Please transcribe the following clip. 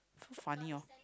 so funny hor